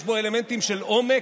יש בו אלמנטים של עומק,